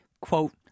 quote